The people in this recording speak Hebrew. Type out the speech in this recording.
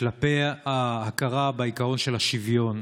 כלפי ההכרה בעיקרון של השוויון.